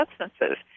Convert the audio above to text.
substances